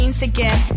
again